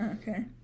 Okay